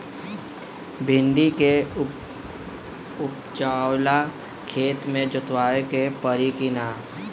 भिंदी के उपजाव ला खेत के जोतावे के परी कि ना?